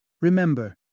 Remember